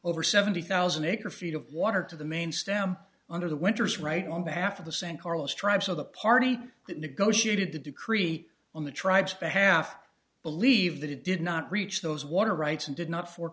over seventy thousand acre feet of water to the main stem under the winter's right on behalf of the san carlos tribe so the party that negotiated the decree on the tribes behalf believe that it did not reach those water rights and did not for